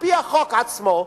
על-פי החוק עצמו,